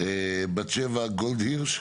בת שבע גולדהירש,